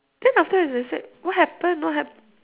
then after that they said what happen what hap~